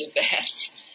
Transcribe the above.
advance